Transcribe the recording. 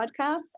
podcasts